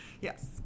Yes